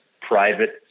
private